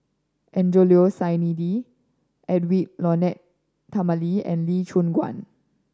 Angelo Sanelli Edwy Lyonet Talma and Lee Choon Guan